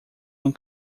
uma